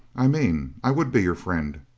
i mean, i would be your friend.